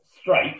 straight